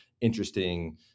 interesting